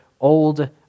old